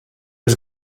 was